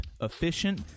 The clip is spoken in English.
efficient